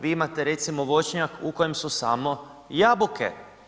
Vi imate, recimo voćnjak u kojem su samo jabuke.